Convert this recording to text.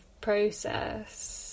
process